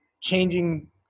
changing